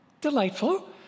delightful